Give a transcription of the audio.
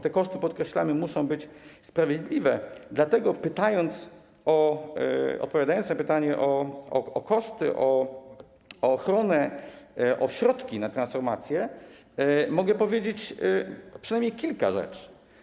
Te koszty, podkreślamy, muszą być sprawiedliwe, dlatego odpowiadając na pytanie o koszty, o ochronę, o środki na transformację, mogę powiedzieć przynajmniej kilka rzeczy.